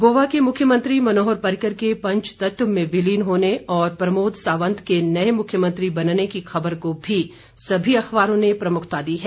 गोवा के मुख्यमंत्री मनोहर पर्रिकर के पंचतत्व में विलीन होने और प्रमोद सावंत के नए मुख्यमंत्री बनने की खबर को भी सभी अखबारों ने प्रमुखता दी है